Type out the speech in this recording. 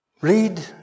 read